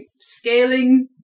scaling